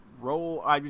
roll